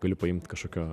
galiu paimt kažkokio